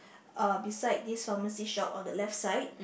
uh beside this pharmacy shop on the left side